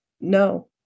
No